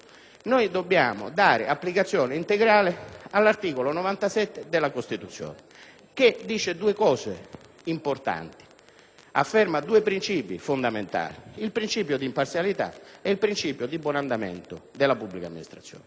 - dobbiamo dare applicazione integrale all'articolo 97 della Costituzione, che afferma due principi fondamentali: il principio di imparzialità e quello di buon andamento della pubblica amministrazione.